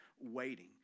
waiting